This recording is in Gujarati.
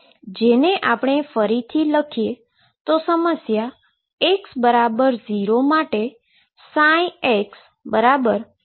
જેને આપણે ફરીથી લખીએ તો સમસ્યા x0 માટે xAeik1xBe ik1x થાય છે